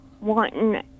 wanting